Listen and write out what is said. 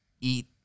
eat